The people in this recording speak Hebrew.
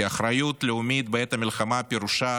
כי אחריות לאומית בעת מלחמה פירושה